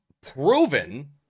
proven